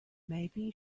maybe